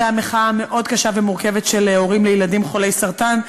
אחרי המחאה המאוד-קשה ומורכבת של הורים לילדים חולי סרטן,